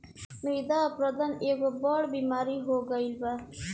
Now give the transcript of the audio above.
मृदा अपरदन एगो बड़ बेमारी हो गईल बा